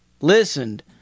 listened